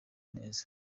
neza